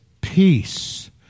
peace